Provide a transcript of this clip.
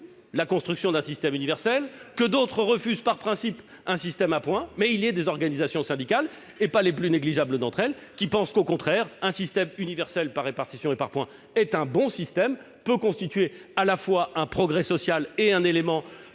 la construction d'un système universel et que d'autres refusent par principe un système à points, mais il est des organisations syndicales, et pas les plus négligeables d'entre elles, qui pensent que, au contraire, un système universel par répartition et par points est un bon système et peut constituer à la fois un progrès social et un élément